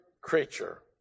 creature